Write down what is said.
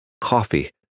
coffee